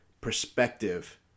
perspective